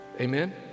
amen